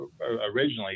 originally